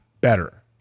better